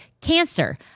Cancer